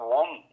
one